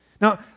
Now